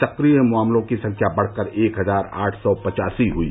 सक्रिय मामलों की संख्या बढ़कर एक हजार आठ सौ पचासी हुई